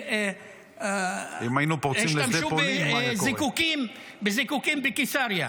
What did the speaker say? שהשתמשו בזיקוקים בקיסריה.